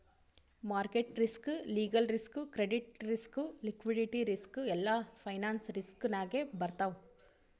market risk, legal risk, credit risk, liquidity risk ಎಲ್ಲಾ finance risk ನಾಗೆ ಬರ್ತಾವ್